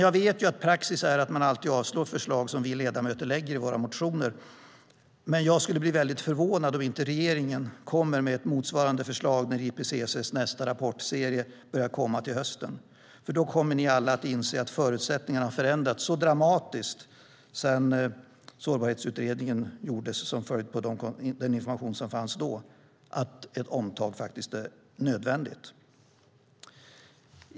Jag vet ju att praxis är att man alltid avslår förslag som vi ledamöter lägger i våra motioner, men jag skulle bli väldigt förvånad om inte regeringen kommer med ett motsvarande förslag när IPCC:s nästa rapportserie börjar komma till hösten. Då kommer ni alla att inse att förutsättningarna har förändrats så dramatiskt sedan Sårbarhetsutredningen gjordes på basis av den information som fanns då att ett omtag är nödvändigt.